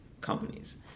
companies